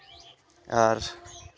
ᱟᱨ